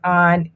on